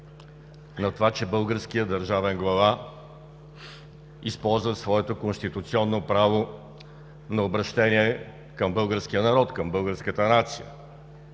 на това, че българският държавен глава използва своето конституционно право на обръщение към българския народ, към българската нация.